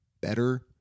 better